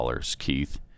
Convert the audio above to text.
Keith